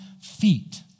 feet